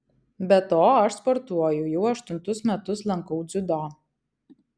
be to aš sportuoju jau aštuntus metus lankau dziudo